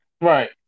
Right